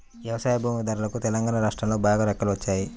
వ్యవసాయ భూముల ధరలకు తెలంగాణా రాష్ట్రంలో బాగా రెక్కలొచ్చాయి